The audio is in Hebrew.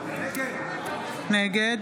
נגד